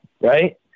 right